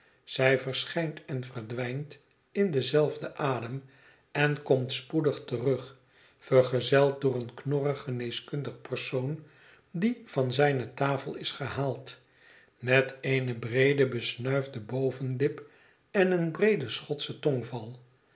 zij verschijnt en verdwijnt in denzelfden adem en komt spoedig terug vergezeld door eën knorrig geneeskundig persoon die van zijne tafel is gehaald met eene breede besnuifde bovenlip en een breeden schotschen tongval